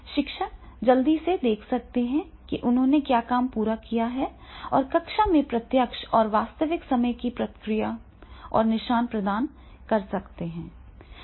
शिक्षक जल्दी से देख सकते हैं कि उन्होंने क्या काम पूरा किया है और कक्षा में प्रत्यक्ष और वास्तविक समय की प्रतिक्रिया और निशान प्रदान कर सकते हैं